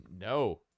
no